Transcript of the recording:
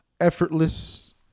effortless